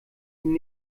ihnen